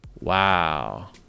Wow